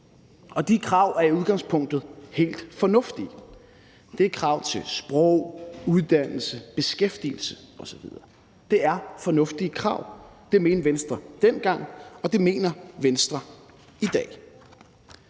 og de krav er i udgangspunktet helt fornuftige. Det er krav til sprog, uddannelse, beskæftigelse osv. Det er fornuftige krav. Det mente Venstre dengang, og det mener Venstre i dag.